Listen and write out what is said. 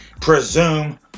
presume